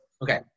Okay